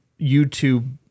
YouTube